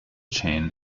chain